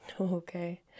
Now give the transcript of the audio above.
Okay